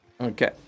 Okay